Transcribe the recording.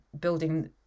building